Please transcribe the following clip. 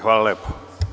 Hvala lepo.